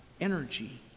energy